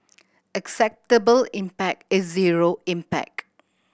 acceptable impact is zero impact